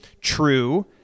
true